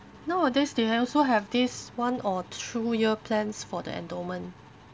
nowadays they also have this one or two year plans for the endowment